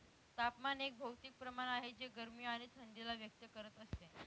तापमान एक भौतिक प्रमाण आहे जे गरमी आणि थंडी ला व्यक्त करत असते